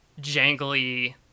jangly